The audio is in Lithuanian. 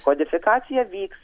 kodifikacija vyks